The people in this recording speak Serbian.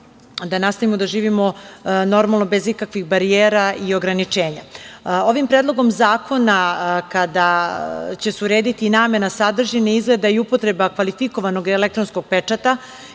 da nastavimo da živimo normalno bez ikakvih barijera i ograničenja. Ovim predlogom zakona će se urediti i namena, sadržina, izgled i upotreba kvalifikovanog elektronskog pečata,